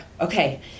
okay